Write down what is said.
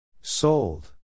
Sold